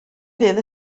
fydd